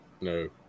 No